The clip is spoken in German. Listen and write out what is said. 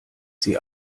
sie